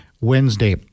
Wednesday